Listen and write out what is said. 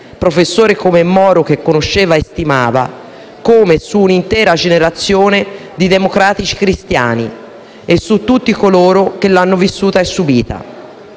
professore come Moro, che conosceva e stimava, come su una intera generazione di democratici cristiani e su tutti coloro che l'hanno vissuta e subita.